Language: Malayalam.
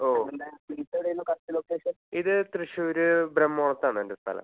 ഓ ഇത് തൃശ്ശൂർ ബ്രമോസാണെൻ്റെ സ്ഥലം